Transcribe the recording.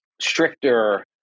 stricter